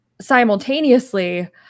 simultaneously